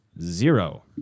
Zero